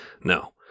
No